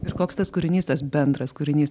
ir koks tas kūrinys tas bendras kūrinys